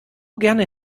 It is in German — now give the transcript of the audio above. gerne